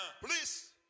Please